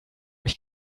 mich